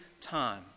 time